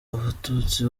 abatutsi